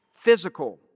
Physical